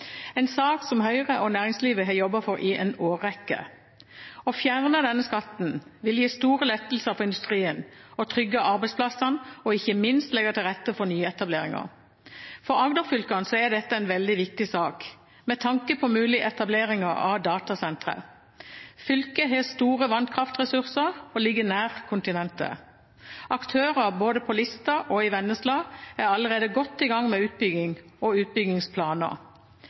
en sak som Høyre og næringslivet har jobbet for i en årrekke. Å fjerne denne skatten vil gi store lettelser for industrien og trygge arbeidsplassene og ikke minst legge til rette for nyetableringer. For Agder-fylkene er dette en veldig viktig sak med tanke på mulige etableringer av datasentre. Fylket har store vannkraftressurser og ligger nær kontinentet. Aktører både på Lista og i Vennesla er allerede godt i gang med utbygging og utbyggingsplaner.